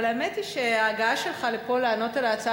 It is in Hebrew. אבל האמת היא שההגעה שלך לפה לענות על ההצעה